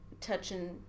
touching